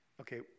Okay